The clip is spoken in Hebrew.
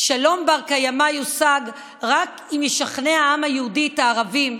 "שלום בר-קיימא יושג רק אם ישכנע העם היהודי את הערבים,